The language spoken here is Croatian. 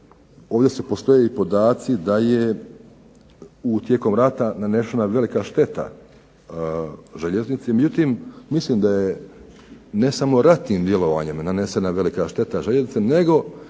ovdje postoje podaci da je tijekom rata nanešena velika šteta željeznici međutim, mislim da je samo ne ratnim djelovanjem nanesena velika šteta željeznice nego